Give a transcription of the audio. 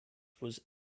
was